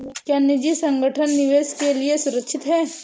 क्या निजी संगठन निवेश के लिए सुरक्षित हैं?